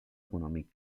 econòmic